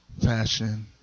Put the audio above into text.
fashion